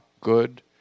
good